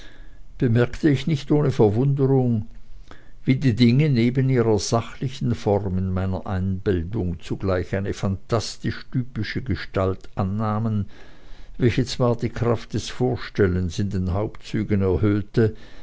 bemerkte ich nicht ohne verwunderung wie die dinge neben ihrer sachlichen form in meiner einbildung zugleich eine phantastisch typische gestalt annahmen welche zwar die kraft des vorstellens in den hauptzügen erhöhte